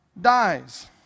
dies